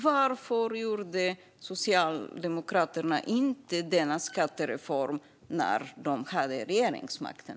Varför gjorde Socialdemokraterna inte denna skattereform när de hade regeringsmakten?